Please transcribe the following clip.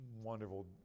wonderful